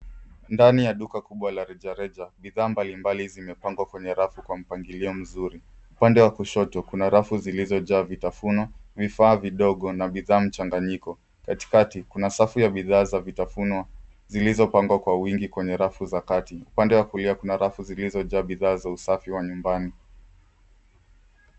Ndani ya duka kubwa la rejareja, bidhaa mbalimbali zimepangwa kwenye rafu kwa mpangilio mzuri. Upande wa kushoto, kuna rafu zilizojaa vitafuno, vifaa vidogo na bidhaa mchanganyiko. Katikati, kuna safu za bidhaa za vitafunio zilizopangwa kwa wingi kwenye rafu za kati. Upande wa kulia kuna rafu zilizojaa bidhaa za usafi wa nyumbani.